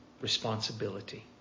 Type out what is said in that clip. responsibility